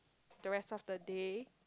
the rest of the day